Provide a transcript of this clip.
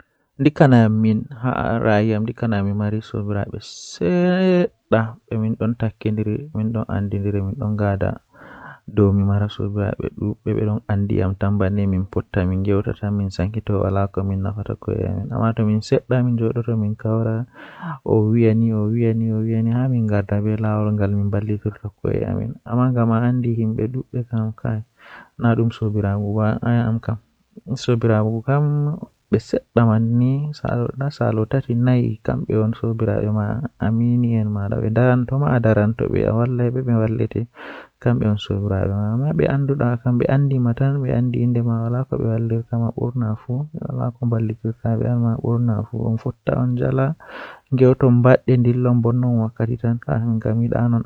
Mi yerdai be ɗum kowaɗi mi yi'ata himɓe feere ɗon Miɗo waawi faamaade hay goɗɗum e ceertugol ɓe. Ko waɗi woorude sabu ngal waɗi faamaade tawaareeji e ngal waɗi loowe. Kadi, e jammaaji ɓe, jooni ɗum no waawataa baɗte faamugol ngal o waɗi e hakkunde tawii waɗi ko am firtiimaaji ngal e faamugol ngal so baɗte.